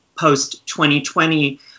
post-2020